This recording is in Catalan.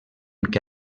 que